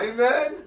Amen